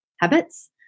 habits